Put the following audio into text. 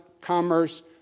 commerce